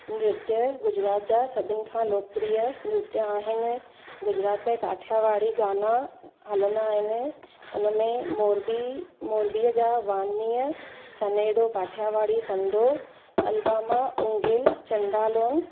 नृत्य गुजरात जा सभिनि खां लोकप्रिय नृत्य आहिनि गुजरात में काठियावाड़ी गाना हलंदा आहिनि उन में मोरबी मोरबीअ जा वानीय सनेड़ो काठियावाड़ी संदो अलवामा ओंगेल चंडालूं